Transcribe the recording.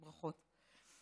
ברכות.